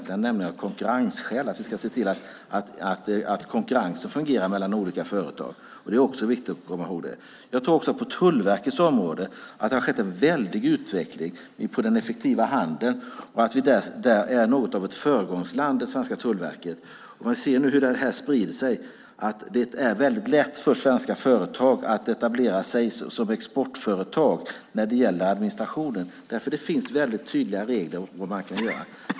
Det handlar nämligen om konkurrensskäl, att vi ska se till att konkurrensen fungerar mellan olika företag. Det är viktigt att komma ihåg det. Jag tror också att det på Tullverkets område har skett en väldig utveckling när det gäller den effektiva handeln. Där är vi något av ett föregångsland när det gäller det svenska tullverket. Vi ser nu hur det här sprider sig. Det är lätt för svenska företag att etablera sig som exportföretag när det gäller administrationen eftersom det finns tydliga regler för vad man kan göra.